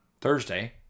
Thursday